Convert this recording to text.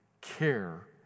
care